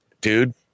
dude